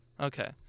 Okay